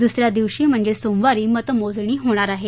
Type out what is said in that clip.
दुसऱ्या दिवशी म्हणजे सोमवारी मतमोजणी होणार आहे